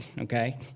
okay